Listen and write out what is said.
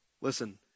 Listen